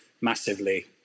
massively